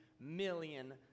million